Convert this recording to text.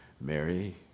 Mary